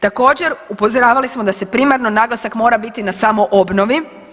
Također upozoravali smo da primarno naglasak mora biti na samoj obnovi.